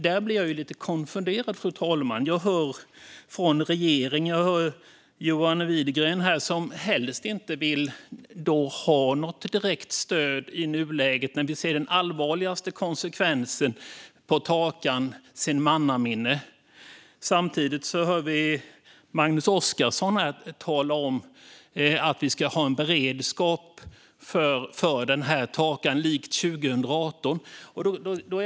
Därför blir jag lite konfunderad, fru talman, när jag hör från regeringen och från Johan Widegren att man helst inte vill ha något direkt stöd i nuläget - nu när vi ser den allvarligaste konsekvensen av torkan sedan mannaminne. Samtidigt hör vi Magnus Oscarsson tala om att vi ska ha en beredskap för den här torkan likt 2018.